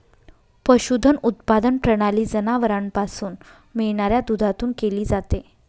पशुधन उत्पादन प्रणाली जनावरांपासून मिळणाऱ्या दुधातून केली जाते